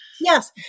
Yes